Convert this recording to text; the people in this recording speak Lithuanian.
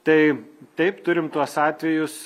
tai taip turim tuos atvejus